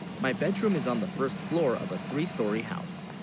my bedroom is on the first floor of a three-story house